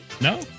No